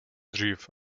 dřív